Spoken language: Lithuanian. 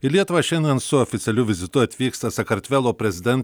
į lietuvą šiandien su oficialiu vizitu atvyksta sakartvelo prezidentė